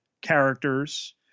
characters